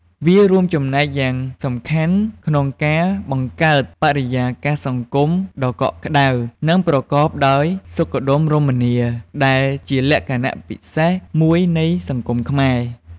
វារួមចំណែកយ៉ាងសំខាន់ក្នុងការបង្កើតបរិយាកាសសង្គមដ៏កក់ក្តៅ និងប្រកបដោយភាពសុខដុមរមនា ដែលជាលក្ខណៈពិសេសមួយនៃសង្គមខ្មែរ។